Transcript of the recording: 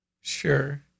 Sure